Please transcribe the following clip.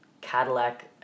Cadillac